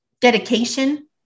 dedication